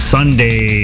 Sunday